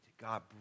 God